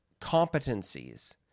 competencies